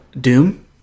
Doom